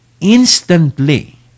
instantly